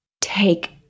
take